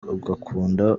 ugakunda